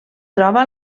troba